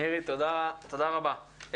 מירי, תודה רבה.